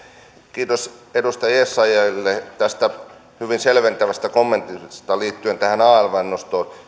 kiitos edustaja essayahille tästä hyvin selventävästä kommentista liittyen tähän alvn nostoon